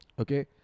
okay